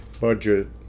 budget